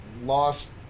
lost